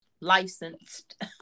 licensed